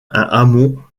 hameau